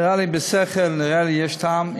נראה לי בשכל, נראה לי שיש טעם.